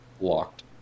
locked